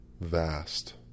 vast